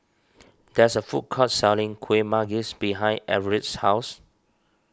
there is a food court selling Kueh Manggis behind Everette's house